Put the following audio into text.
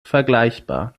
vergleichbar